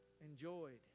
enjoyed